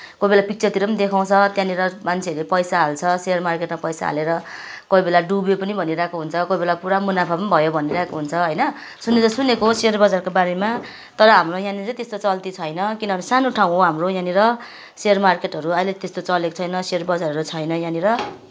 कोही बेला पिक्चरतिर पनि देखाउँछ त्यहाँनिर मान्छेहरूले पैसा हाल्छ सेयर मार्केटमा पैसा हालेर कोही बेला डुब्यो पनि भनिरहेको हुन्छ कोही बेला पुरा मुनाफा पनि भयो भनिरहेको हुन्छ होइन सुन्नु त सुनेको सेयर बजारको बारेमा तर हाम्रो यहाँनिर त्यस्तो चल्ती छैन किन अब सानो ठाउँ हो हाम्रो यहाँनिर सेयर मार्केटहरू अहिले त त्यस्तो चलेको छैन सेयर बजारहरू छैन यहाँनिर